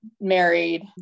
married